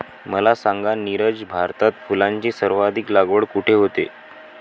मला सांगा नीरज, भारतात फुलांची सर्वाधिक लागवड कुठे होते?